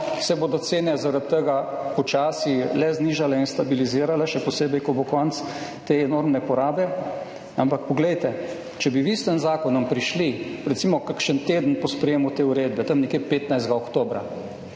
se bodo cene zaradi tega počasi le znižale in stabilizirale, še posebej, ko bo konec te enormne porabe. Ampak poglejte, če bi vi s tem zakonom prišli recimo kakšen teden po sprejemu te uredbe, tam nekje 15. oktobra,